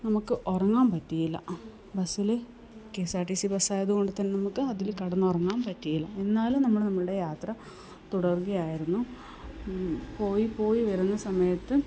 നമുക്ക് ഉറങ്ങാൻ പറ്റിയില്ല ബസ്സില് K S R T C ബസ്സായത് കൊണ്ട് തന്നെ നമുക്ക് അതില് കിടന്നുറങ്ങാൻ പറ്റിയില്ല എന്നാലും നമ്മള് നമ്മുടെ യാത്ര തുടരുകയായിരുന്നു പോയി പോയി വരുന്ന സമയത്ത്